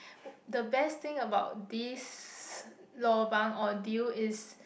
the best thing about this lobang or deal is